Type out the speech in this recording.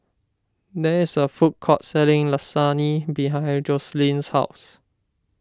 there is a food court selling Lasagne behind Joseline's house